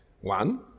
One